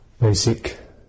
basic